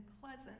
pleasant